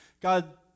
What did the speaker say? God